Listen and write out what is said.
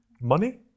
Money